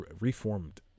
reformed